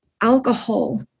alcohol